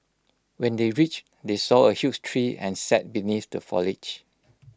when they reached they saw A huge tree and sat beneath the foliage